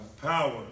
power